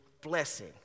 blessing